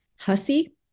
hussy